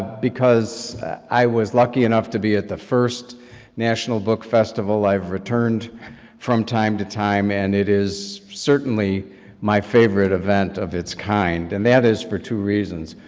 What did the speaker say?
because i was lucky enough to be at the first national book festival, i've returned from time to time, and it is certainly my favorite event of it's kind. and that is for two reasons.